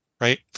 Right